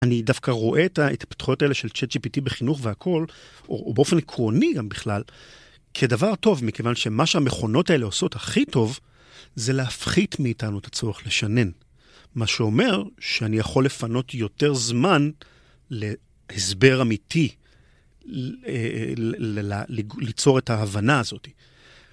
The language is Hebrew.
אני דווקא רואה את ההתפתחויות האלה של צ'ט-ג'י-פי-טי בחינוך והכול, או באופן עקרוני גם בכלל, כדבר טוב, מכיוון שמה שהמכונות האלה עושות הכי טוב זה להפחית מאיתנו את הצורך לשנן. מה שאומר שאני יכול לפנות יותר זמן להסבר אמיתי, ליצור את ההבנה הזאת.